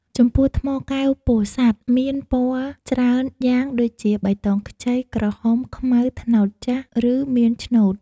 ចំពោះថ្មកែវពោធិសាត់ មានពណ៌ច្រើនយ៉ាងដូចជា បៃតងខ្ចី ក្រហម ខ្មៅ ត្នោតចាស់ ឬមាន ឆ្នូត។